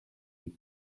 leaf